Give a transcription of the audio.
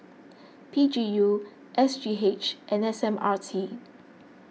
P G U S G H and S M R T